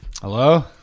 Hello